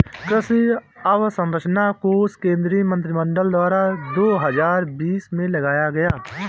कृषि अंवसरचना कोश केंद्रीय मंत्रिमंडल द्वारा दो हजार बीस में लाया गया